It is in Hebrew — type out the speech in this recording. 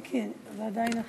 מיקי, זה עדיין אתה.